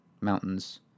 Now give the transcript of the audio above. mountains